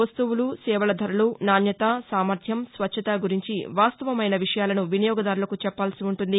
వస్తువులు సేవల ధరలు నాణ్యత సామర్యం స్వచ్ఛత గురించి వాస్తవమైన విషయాలను వినియోగదారులకు చెప్పాల్సి ఉంటుంది